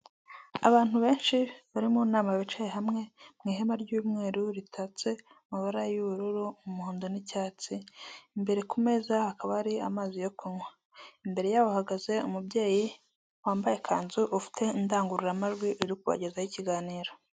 Abantu benshi bari mu nama bicaye hamwe mu ihema ry'umweru ritatse amabara y'ubururu umuhondo n'icyatsi, imbere ku meza hakaba hari amazi yo kunywa, imbere yabo hahagaze umubyeyi wambaye ikanzu ufite indangururamajwi ari kubagezaho ikiganiro.